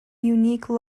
unique